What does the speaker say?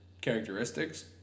Characteristics